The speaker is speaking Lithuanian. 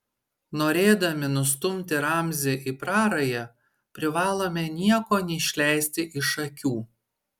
norėdami nustumti ramzį į prarają privalome nieko neišleisti iš akių